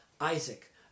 Isaac